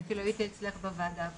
אני אפילו הייתי אצלך בוועדה הזו.